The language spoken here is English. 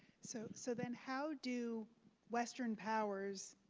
so so then how do western powers,